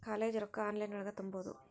College ರೊಕ್ಕ online ಒಳಗ ತುಂಬುದು?